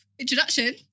introduction